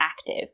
active